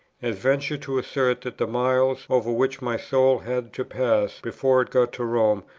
as venture to assert that the miles, over which my soul had to pass before it got to rome,